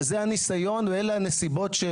זה הניסיון ואלו הנסיבות,